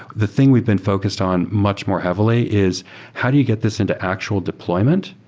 the thing we've been focused on much more heavily is how do you get this into actual deployment,